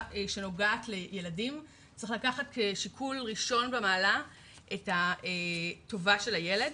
שנוגעת לילדים צריך לקחת כשיקול ראשון במעלה את טובת הילד,